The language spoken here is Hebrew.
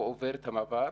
הוא עובר את המעבר,